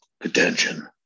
attention